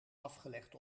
afgelegd